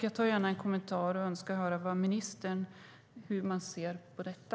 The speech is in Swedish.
Jag önskar höra hur ministern ser på detta.